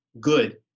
good